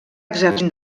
exercint